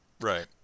Right